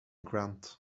grant